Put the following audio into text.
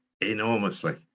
enormously